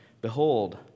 Behold